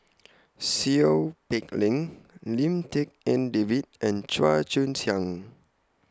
Seow Peck Leng Lim Tik En David and Chua Joon Siang